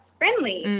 friendly